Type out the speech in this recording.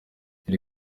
iri